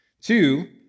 Two